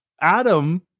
Adam